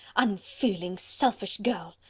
unfeeling, selfish girl!